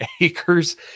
acres